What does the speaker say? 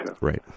right